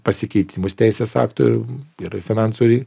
pasikeitimus teisės aktų ir ir finansų ri